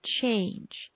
change